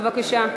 בבקשה.